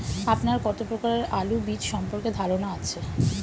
আপনার কত প্রকারের আলু বীজ সম্পর্কে ধারনা আছে?